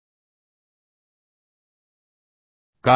5 टक्के असेल